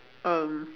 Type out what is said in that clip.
um